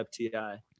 FTI